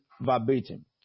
verbatim